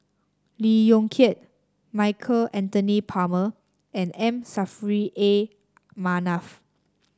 Lee Yong Kiat Michael Anthony Palmer and M Saffri A Manaf